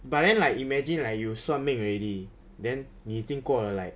but then like imagine like you 算命 already then 你已经过了 like